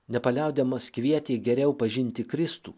nepaliaudamas kvietė geriau pažinti kristų